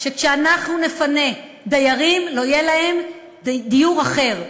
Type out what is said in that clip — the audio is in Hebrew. שכשאנחנו נפנה דיירים לא יהיה להם דיור אחר,